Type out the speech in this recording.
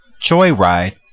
Joyride